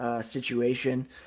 situation